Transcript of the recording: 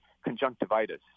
conjunctivitis